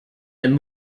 and